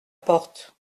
porte